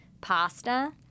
pasta